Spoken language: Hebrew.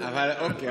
אוקיי,